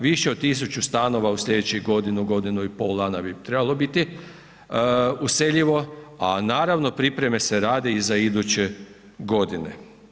Više od 1000 stanova u sljedećih godinu, godinu i pol dana bi trebalo biti useljivo, a naravno, pripreme se rade i za iduće godine.